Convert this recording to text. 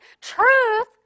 Truth